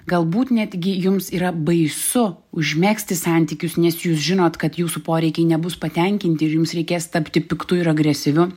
galbūt netgi jums yra baisu užmegzti santykius nes jūs žinot kad jūsų poreikiai nebus patenkinti ir jums reikės tapti piktu ir agresyviu